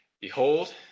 Behold